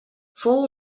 fou